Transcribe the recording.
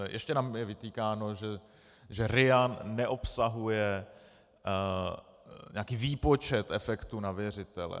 Ještě nám je vytýkáno, že RIA neobsahuje nějaký výpočet efektu na věřitele.